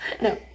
No